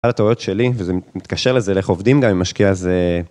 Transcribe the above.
על הטעויות שלי, וזה מתקשר לזה איך עובדים גם עם משקיע וזה.